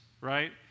Right